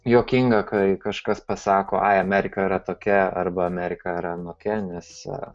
juokinga kai kažkas pasako ai amerika yra tokia arba amerika yra anokia nes